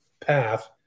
path